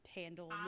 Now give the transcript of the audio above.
handle